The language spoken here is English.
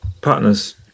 partner's